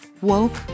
Woke